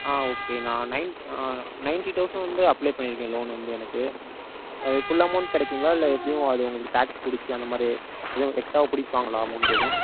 ஆ okay நான் nine ninety thousand வந்து apply பண்ணியிருக்கேன் லோன் எனக்கு ஃபுல் அமௌண்ட் கிடைக்குங்களா இல்லை எப்படியும் அது உங்களுக்கு டேக்ஸ் பிடிச்சி அந்தமாதிரி எதுவும் எக்ஸ்ட்ராவாக பிடிப்பாங்களா அமௌண்ட் எதுவும்